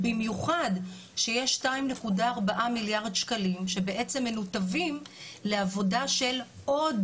במיוחד כשיש 2.4 מיליארד שקלים שבעצם מנותבים לעבודה של עוד